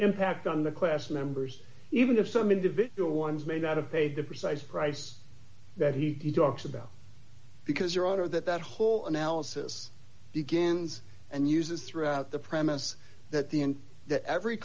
impact on the class members even if some individual ones may not have paid the precise price that he talks about because your honor that that whole analysis begins and uses throughout the premises that the